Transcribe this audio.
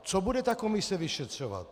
Co bude ta komise vyšetřovat?